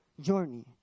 journey